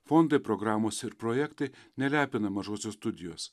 fondai programos ir projektai nelepina mažosios studijos